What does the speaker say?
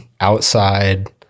outside